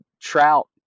trout